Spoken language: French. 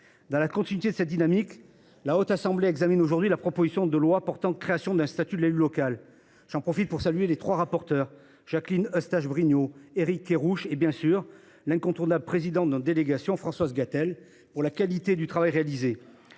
Dans la continuité de cette dynamique, la Haute Assemblée examine aujourd’hui la proposition de loi portant création d’un statut de l’élu local. J’en profite pour saluer les trois rapporteurs, Jacqueline Eustache Brinio, Éric Kerrouche, ainsi que, bien sûr, l’incontournable présidente de la délégation sénatoriale aux collectivités territoriales